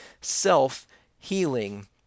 self-healing